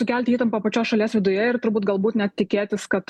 sukelti įtampą pačios šalies viduje ir turbūt galbūt net tikėtis kad